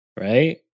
Right